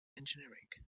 engineering